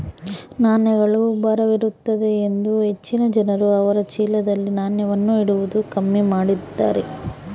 ನಾಣ್ಯಗಳು ಭಾರವಿರುತ್ತದೆಯೆಂದು ಹೆಚ್ಚಿನ ಜನರು ಅವರ ಚೀಲದಲ್ಲಿ ನಾಣ್ಯವನ್ನು ಇಡುವುದು ಕಮ್ಮಿ ಮಾಡಿದ್ದಾರೆ